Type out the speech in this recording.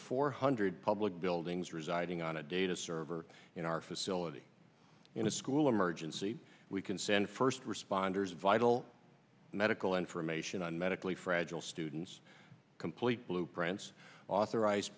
four hundred public buildings residing on a data server in our facility in a school him or jency we can send first responders vital medical information on medically fragile students complete blueprints authorized